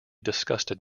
disgusted